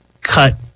cut